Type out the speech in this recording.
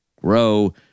grow